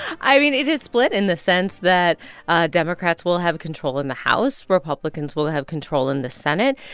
i mean, it is split in the sense that ah democrats will have control in the house. republicans will will have control in the senate.